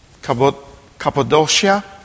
Cappadocia